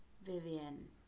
Vivian